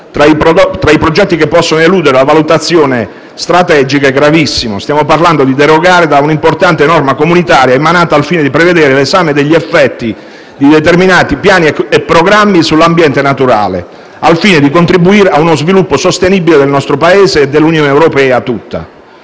tra i progetti che possono eludere la valutazione ambientale strategica. Stiamo parlando di derogare a un'importante norma europea emanata al fine di prevedere l'esame degli effetti di determinati piani e programmi sull'ambiente naturale e al fine di contribuire a uno sviluppo sostenibile del nostro Paese e dell'Unione europea tutta.